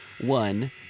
one